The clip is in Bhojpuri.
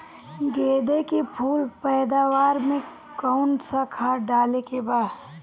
गेदे के फूल पैदवार मे काउन् सा खाद डाले के बा?